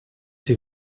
sie